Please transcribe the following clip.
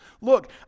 Look